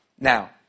Now